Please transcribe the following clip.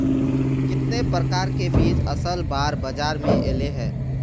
कितने प्रकार के बीज असल बार बाजार में ऐले है?